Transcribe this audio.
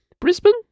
Brisbane